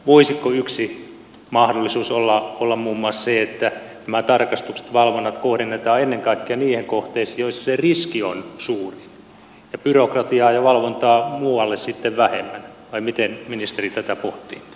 voisiko yksi mahdollisuus olla muun muassa se että nämä tarkastukset valvonnat kohdennetaan ennen kaikkea niihin kohteisiin joissa se riski on suurin ja byrokratiaa ja valvontaa muualle sitten vähemmän vai miten ministeri tätä pohtii